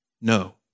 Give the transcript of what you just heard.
no